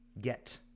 get